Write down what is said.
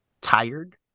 tired